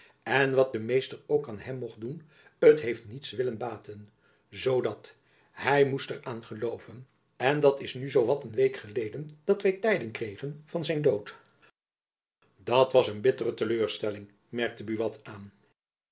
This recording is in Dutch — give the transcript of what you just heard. en wat de meester ook aan hem mocht doen t heeft niets willen baten zoo dat hy moest er aan gelooven en dat is nu zoo wat een week geleden dat wy tijding kregen van zijn dood dat was een bittere te leur stelling merkte buat aan